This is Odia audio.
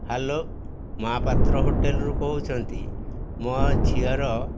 ହ୍ୟାଲୋ ମହାପାତ୍ର ହୋଟେଲ୍ରୁ କହୁଛନ୍ତି ମୋ ଝିଅର